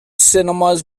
cinemas